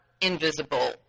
invisible